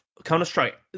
Counter-Strike